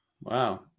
Wow